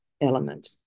element